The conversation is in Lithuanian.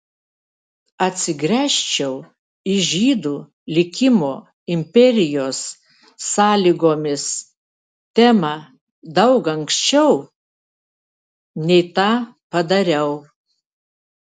atsigręžčiau į žydų likimo imperijos sąlygomis temą daug anksčiau nei tą padariau